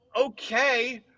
okay